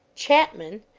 chapman!